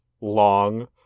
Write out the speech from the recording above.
long